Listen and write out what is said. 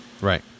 Right